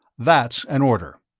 that's an order.